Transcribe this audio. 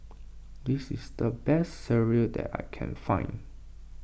this is the best Sireh that I can find